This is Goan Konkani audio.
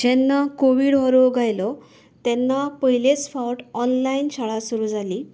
जेन्ना कोवीड हो रोग आयलो तेन्ना पयलेच फावट ऑनलायन शाळा सुरू जाली